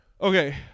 Okay